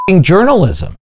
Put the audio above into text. journalism